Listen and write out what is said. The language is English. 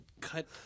cut